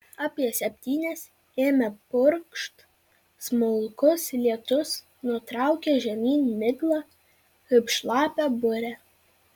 apie septynias ėmė purkšt smulkus lietus nutraukė žemyn miglą kaip šlapią burę